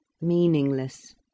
meaningless